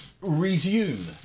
resume